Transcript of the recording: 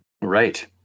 Right